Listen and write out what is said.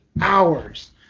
hours